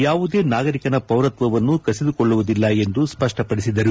ಯಾವುದೇ ನಾಗರಿಕನ ಪೌರತ್ವವನ್ನು ಕಸಿದುಕೊಳ್ಳುವುದಿಲ್ಲ ಎಂದು ಸ್ಪಷ್ಟಪಡಿಸಿದರು